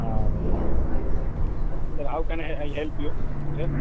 ہاں yes sir sir how can I I help you yes